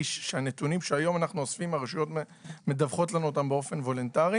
שהיום אנו אוספים הרשויות מדווחות לנו אותם באופן וולונטרי